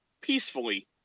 peacefully